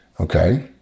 okay